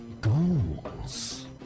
Goals